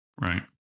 Right